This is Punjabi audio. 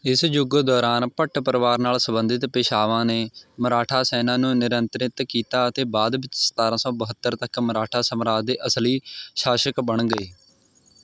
ਇਸ ਯੁੱਗ ਦੌਰਾਨ ਭੱਟ ਪਰਿਵਾਰ ਨਾਲ ਸੰਬੰਧਿਤ ਪੇਸ਼ਾਵਾਂ ਨੇ ਮਰਾਠਾ ਸੈਨਾ ਨੂੰ ਨਿਯੰਤਰਿਤ ਕੀਤਾ ਅਤੇ ਬਾਅਦ ਵਿੱਚ ਸਤਾਰ੍ਹਾਂ ਸੌ ਬਹੱਤਰ ਤੱਕ ਮਰਾਠਾ ਸਮਰਾਜ ਦੇ ਅਸਲੀ ਸ਼ਾਸ਼ਕ ਬਣ ਗਏ